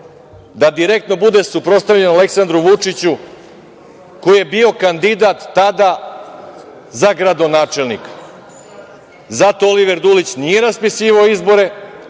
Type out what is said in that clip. da direktno bude suprotstavljen Aleksandru Vučiću koji je bio kandidat tada za gradonačelnika. Zato Oliver Dulić nije raspisivao izbore,